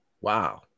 Wow